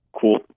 cool